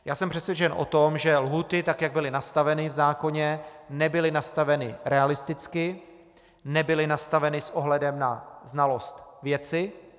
Já jsem přesvědčen o tom, že lhůty, tak jak byly nastaveny v zákoně, nebyly nastaveny realisticky, nebyly nastaveny s ohledem na znalost věci.